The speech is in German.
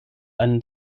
einen